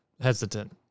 hesitant